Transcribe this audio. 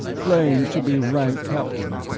claims to be rank captain.